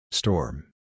Storm